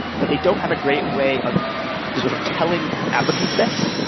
but they don't have a great way of sort of telling applicants this,